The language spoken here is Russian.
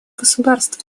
государств